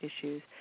issues